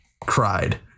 cried